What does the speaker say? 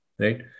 Right